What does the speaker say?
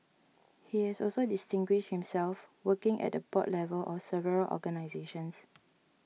he has also distinguished himself working at the board level of several organisations